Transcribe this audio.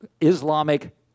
Islamic